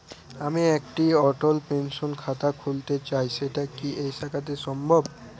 আমি একটি অটল পেনশন খাতা খুলতে চাই সেটা কি এই শাখাতে সম্ভব?